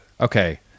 okay